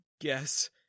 guess